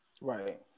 Right